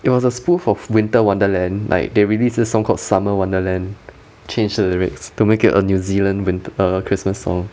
it was a spoof of winter wonderland like they released a song called summer wonderland changed the lyrics to make it a new zealand winter~ err christmas song